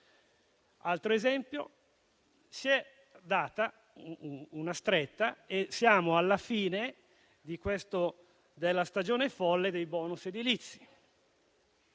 Altro esempio: si è data una stretta e siamo alla fine della stagione folle dei *bonus* edilizi.